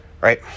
right